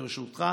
ברשותך.